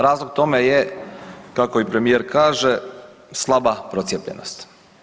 Razlog tome je kako i premijer kaže slaba procijepljenost.